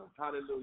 Hallelujah